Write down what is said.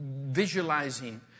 visualizing